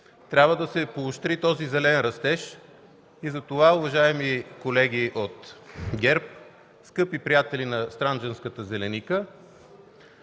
трябва да се поощри този зелен растеж. Затова, уважаеми колеги от ГЕРБ, скъпи приятели на странджанската зеленика,